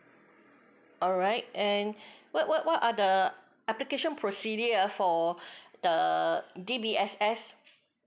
alright and what what what are the application procedure ah for the D_B_S_S